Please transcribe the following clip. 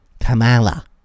Kamala